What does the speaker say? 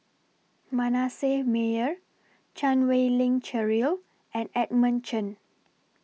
Manasseh Meyer Chan Wei Ling Cheryl and Edmund Chen